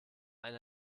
eine